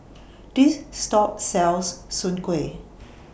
This Shop sells Soon Kueh